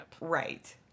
Right